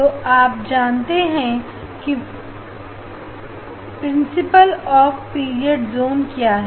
तो अब जानती हैं कि प्रेसनल हाफ पीरियड जून क्या है